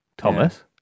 Thomas